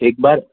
एक बार